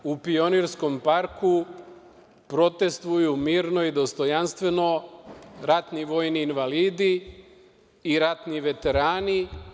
U Pionirskom parku 140 dana mirno i dostojanstveno protestvuju ratni vojni invalidi i ratni veterani.